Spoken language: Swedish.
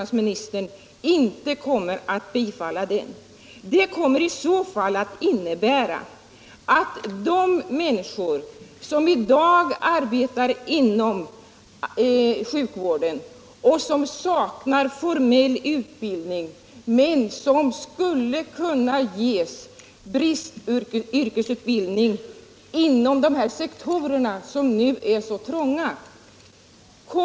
Det kommer i så fall att innebära att de människor som i dag arbetar inom sjukvården och som saknar formell utbildning, men som skulle kunna ges bristyrkesutbildning inom de här sektorerna som nu är trånga, inte kan fylla dessa luckor.